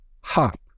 hop